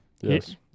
Yes